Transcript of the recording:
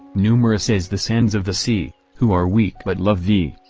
numerous as the sands of the sea, who are weak but love thee,